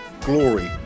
Glory